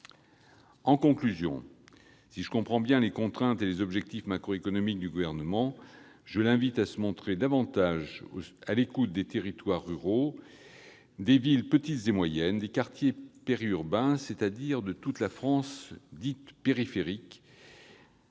En conclusion, si je comprends bien les contraintes et les objectifs macroéconomiques du Gouvernement, j'invite ce dernier à se montrer davantage à l'écoute des territoires ruraux, des villes petites et moyennes, des quartiers périurbains, c'est-à-dire de toute la France dite « périphérique